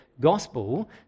gospel